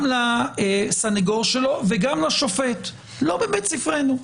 גם לסנגור שלו וגם לשופט: לא בבית ספרנו.